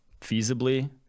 feasibly